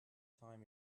time